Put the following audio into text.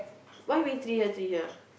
why we three here three here